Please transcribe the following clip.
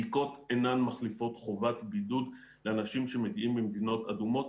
בדיקות אינן מחליפות חובת בידוד לאנשים שמגיעים ממדינות אדומות.